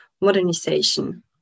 modernization